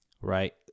Right